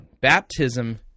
baptism